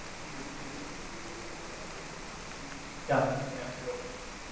he or she is going to be the person at this institution yeah. that will be